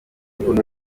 ukuntu